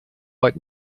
but